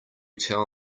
tell